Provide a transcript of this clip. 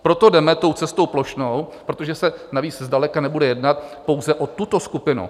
Proto jdeme tou cestou plošnou, protože se navíc zdaleka nebude jednat pouze o tuto skupinu.